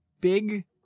big